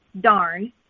darn